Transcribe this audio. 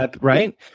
Right